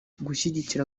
gushyigikira